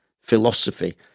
philosophy